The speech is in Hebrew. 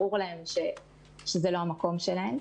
ברור להן שזה לא המקום שלהן,